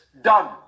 done